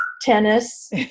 tennis